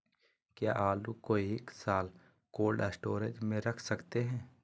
क्या आलू को एक साल कोल्ड स्टोरेज में रख सकते हैं?